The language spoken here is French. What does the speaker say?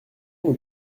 nous